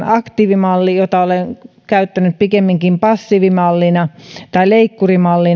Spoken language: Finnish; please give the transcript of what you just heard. aktiivimalli josta olen käyttänyt pikemminkin nimitystä passiivimalli tai leikkurimalli